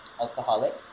alcoholics